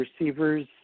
receivers